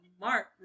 mark